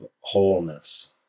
wholeness